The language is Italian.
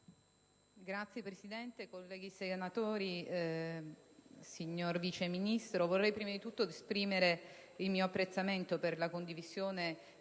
Signor Presidente, colleghi senatori, signor Vice Ministro, vorrei anzitutto esprimere il mio apprezzamento per la condivisione